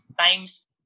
times